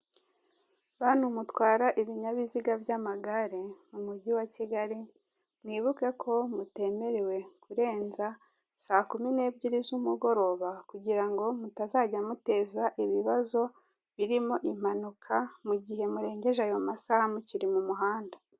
Bantu mutwara ibinyabiziga by'amagare mu mujyi wa Kigali mwibuke ko mutemerewe kurenza saa kumi nebyiri z'umugoroba kugira ngo mutazajya muteza ibibazo birimo impanuka mugihe murengeje ayo masaha mukiri mu muhanda.